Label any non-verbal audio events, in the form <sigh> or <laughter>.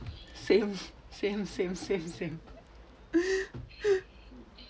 same <laughs> same same same same <laughs>